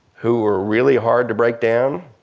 who were really hard to break down,